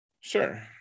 Sure